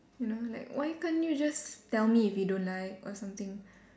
you know like why can't you just tell me if you don't like or something